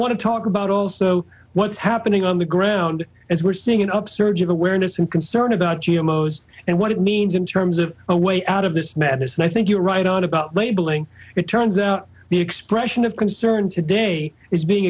want to talk about also what's happening on the ground as we're seeing an upsurge of awareness and concern about g m o's and what it means in terms of a way out of this madness and i think you're right on about labeling it turns out the expression of concern today is being